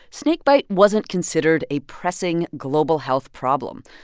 snakebite wasn't considered a pressing global health problem.